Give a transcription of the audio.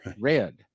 Red